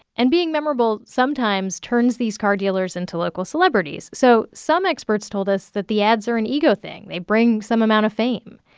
and being memorable sometimes turns these car dealers into local celebrities so some experts told us that the ads are an ego thing. they bring some amount of fame.